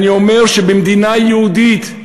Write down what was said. אני אומר שבמדינה יהודית,